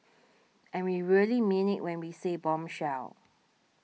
and we really mean it when we said bombshell